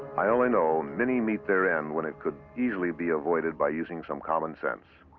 i only know many meet their end when it could easily be avoided by using some common sense.